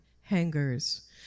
hangers